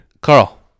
Carl